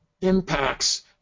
impacts